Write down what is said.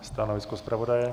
Stanovisko zpravodaje?